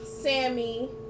Sammy